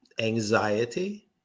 anxiety